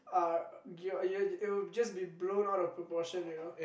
uh your your it'll just be blown out of proportion you know